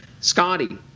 Scotty